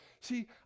See